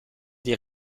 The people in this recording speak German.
die